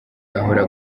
ahora